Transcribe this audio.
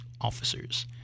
officers